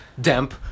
Damp